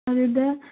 ꯑꯗꯨꯗ